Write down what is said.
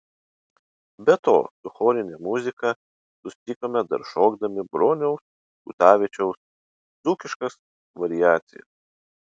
be to su chorine muzika susitikome dar šokdami broniaus kutavičiaus dzūkiškas variacijas